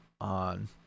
on